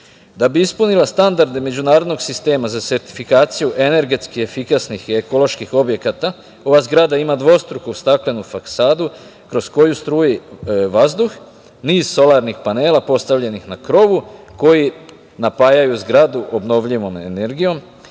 EU.Da bi ispunila standarde međunarodnog sistema za sertifikaciju energetski efikasnih i ekoloških objekata, ova zgrada ima dvostruku staklenu fasadu, kroz koju struji vazduh, niz solarnih panela postavljenih na krovu, koji napajaju zgradu obnovljivom energijom,